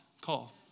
call